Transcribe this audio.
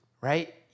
right